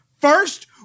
First